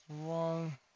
one